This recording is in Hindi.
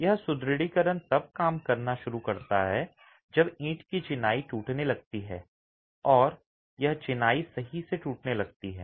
यह सुदृढीकरण तब काम करना शुरू करता है जब ईंट की चिनाई टूटने लगती है या चिनाई सही से टूटने लगती है